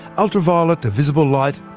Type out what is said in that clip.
ultraviolet to visible light,